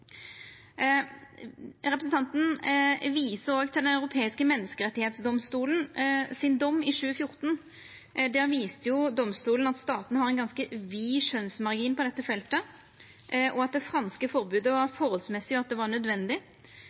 europeiske menneskerettsdomstol i 2014. Der viste domstolen at statane har ein ganske vid skjønnsmargin på dette feltet, og at det franske forbodet var forholdsmessig og nødvendig. Dei har to liknande saker frå Belgia, der dei òg meinte det